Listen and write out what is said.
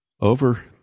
Over